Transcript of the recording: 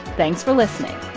thanks for listening